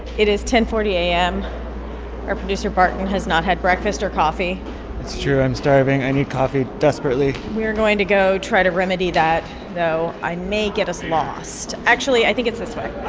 it is ten forty a our producer barton has not had breakfast or coffee it's true. i'm starving. i need coffee desperately we're going to go try to remedy that, though i may get us lost. actually, i think it's this way